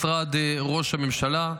משרד ראש הממשלה,